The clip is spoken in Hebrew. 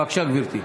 בבקשה, גברתי.